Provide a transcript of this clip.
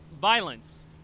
violence